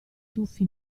tuffi